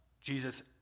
Jesus